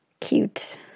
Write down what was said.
Cute